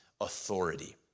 authority